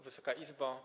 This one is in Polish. Wysoka Izbo!